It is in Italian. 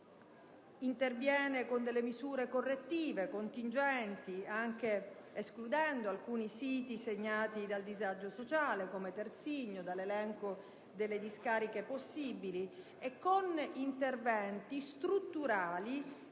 interviene con delle misure correttive contingenti, anche escludendo alcuni siti segnati dal disagio sociale, come Terzigno, dall'elenco delle discariche possibili, e con interventi strutturali